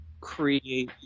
create